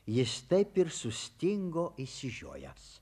jis taip ir sustingo išsižiojęs